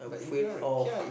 afraid of